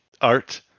art